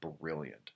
brilliant